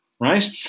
right